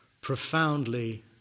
profoundly